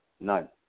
None